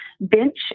bench